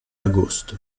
agosto